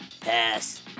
Pass